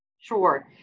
Sure